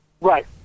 Right